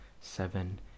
seven